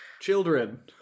children